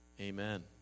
Amen